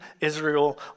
Israel